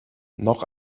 noch